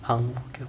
ang mo kio